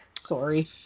Sorry